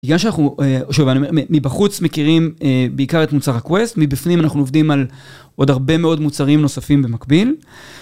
מבחוץ מכירים בעיקר את מוצר ה-Quest, מבפנים אנחנו עובדים על עוד הרבה מאוד מוצרים נוספים במקביל.